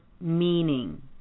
meaning